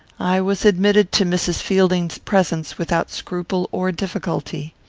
i was admitted to mrs. fielding's presence without scruple or difficulty.